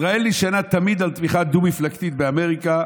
ישראל נשענה תמיד על תמיכה דו-מפלגתית באמריקה.